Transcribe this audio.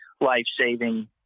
life-saving